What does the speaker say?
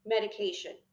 medication